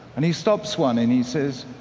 and he stops one and he says,